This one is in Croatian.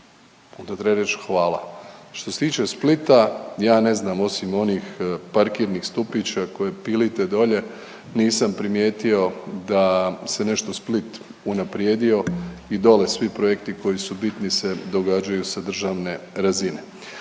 treba reći hvala. Što se tiče Splita, ja ne znam osim onih parkirnih stupića koje pilite dolje, nisam primijetio da se nešto Split unaprijedio i dolje svi projekti koji su bitni, se događa sa državne razine.